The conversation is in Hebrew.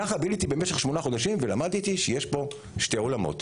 כך ביליתי במשך שמונה חודשים ולמדתי שיש פה שני עולמות.